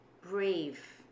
brave